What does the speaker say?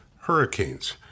hurricanes